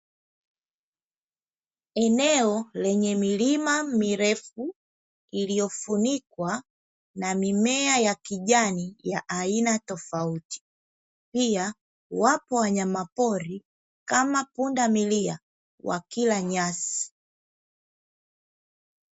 Eneo lenye milima mirefu iliyozungukwa na mimea ya kijani ya aina tofauti huku kukiwepo wanyapori kama pundamilia wakila majani